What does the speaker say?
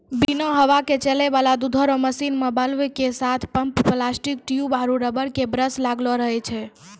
बिना हवा के चलै वाला दुधो रो मशीन मे वाल्व के साथ पम्प प्लास्टिक ट्यूब आरु रबर के ब्रस लगलो रहै छै